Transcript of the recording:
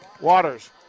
Waters